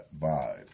vibe